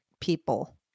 people